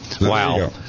Wow